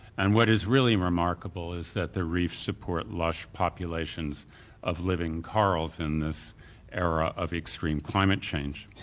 and what is really remarkable is that the reefs support lush populations of living corals in this era of extreme climate change.